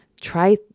try